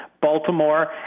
Baltimore